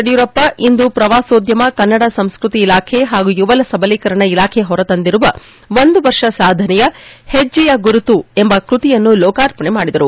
ಯಡಿಯೂರಪ್ಪ ಇಂದು ಪ್ರವಾಸೋಧ್ಯಮ ಕನ್ನಡ ಸಂಸ್ಕೃತಿ ಇಲಾಖೆ ಹಾಗೂ ಯುವ ಸಬಲೀಕರಣ ಇಲಾಖೆ ಹೊರತಂದಿರುವ ಒಂದು ವರ್ಷದ ಸಾಧನೆಯ ಹೆಜ್ಜೆಯ ಗುರುತು ಎಂಬ ಕೃತಿಯನ್ನು ಲೋಕಾರ್ಪಣೆ ಮಾಡಿದರು